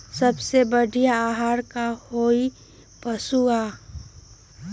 सबसे बढ़िया आहार का होई पशु ला?